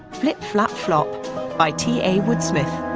flip flap flop by t. a. woodsmith.